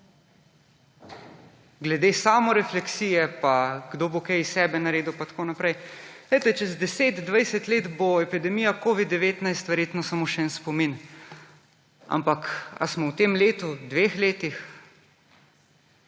Glede samorefleksije pa, kdo bo kaj iz sebe naredil, pa tako naprej … Glejte, čez 10, 20 let bo epidemija covid-19 verjetno samo še en spomin. Ampak, ali smo v tem letu, dveh letih